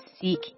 seek